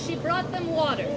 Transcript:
she brought the water